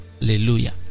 hallelujah